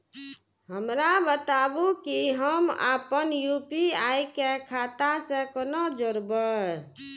हमरा बताबु की हम आपन यू.पी.आई के खाता से कोना जोरबै?